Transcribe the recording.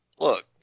look